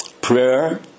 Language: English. prayer